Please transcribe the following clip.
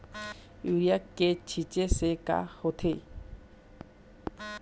Urea के छींचे से का होथे?